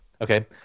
Okay